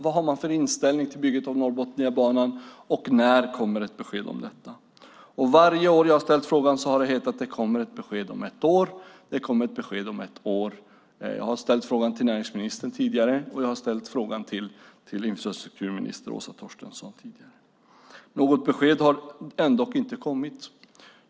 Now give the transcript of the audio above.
Vad har man för inställning till bygget av Norrbotniabanan, och när kommer ett besked om detta? Varje år när jag har ställt frågan har det hetat att det kommer ett besked om ett år. Jag har tidigare ställt frågan till näringsministern, och jag har ställt den till infrastrukturminister Åsa Torstensson. Något besked har dock inte kommit.